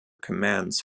commands